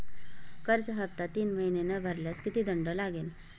कर्ज हफ्ता तीन महिने न भरल्यास किती दंड लागेल?